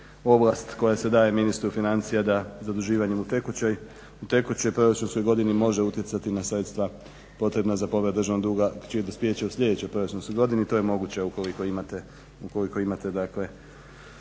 ovlast koja se daje ministru financija da zaduživanjem u tekućoj proračunskoj godini može utjecati na sredstva potrebna za povrat državnog duga čije je dospijeće u sljedećoj proračunskoj godini i to je moguće ukoliko imate tajming